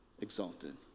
exalted